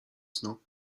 snu